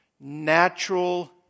natural